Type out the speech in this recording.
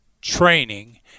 training